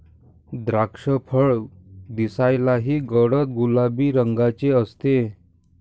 द्राक्षफळ दिसायलाही गडद गुलाबी रंगाचे असते